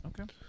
Okay